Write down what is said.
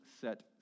set